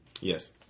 Yes